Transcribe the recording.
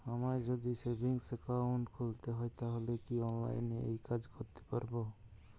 আমায় যদি savings account খুলতে হয় তাহলে কি অনলাইনে এই কাজ করতে পারবো?